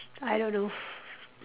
I don't know